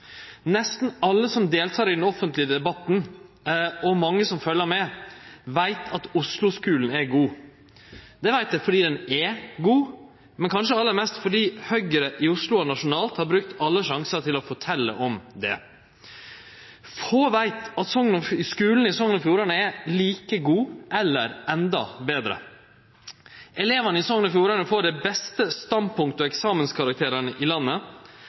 Nesten alle som deltek i den offentlige debatten og mange som følgjer med, veit at Oslo-skulen er god. Det veit ein fordi han er god, men kanskje aller mest fordi Høgre i Oslo og nasjonalt har brukt alle sjansar til å fortelje om det. Få veit at skulen i Sogn og Fjordane er like god eller endå betre. Elevane i Sogn og Fjordane får dei beste standpunkt- og eksamenskarakterane i landet.